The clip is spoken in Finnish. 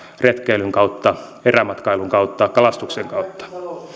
retkeilyn kautta erämatkailun kautta kalastuksen kautta